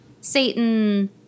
Satan